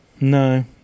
no